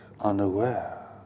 Unaware